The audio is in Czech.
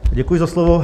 Děkuji za slovo.